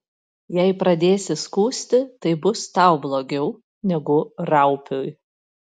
jei pradėsi skųsti tai bus tau blogiau negu raupiui